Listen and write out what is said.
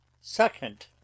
Second